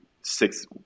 six